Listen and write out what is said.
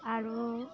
আৰু